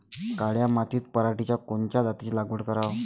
काळ्या मातीत पराटीच्या कोनच्या जातीची लागवड कराव?